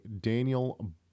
Daniel